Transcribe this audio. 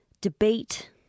debate